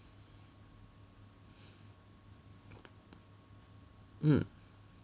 mm